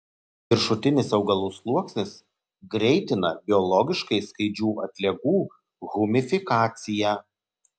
viršutinis augalų sluoksnis greitina biologiškai skaidžių atliekų humifikaciją